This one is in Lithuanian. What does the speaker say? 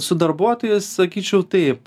su darbuotojais sakyčiau taip